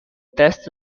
test